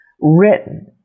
written